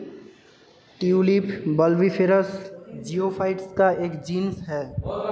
tulip bulbiferous geophytes का एक genus है